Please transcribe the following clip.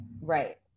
Right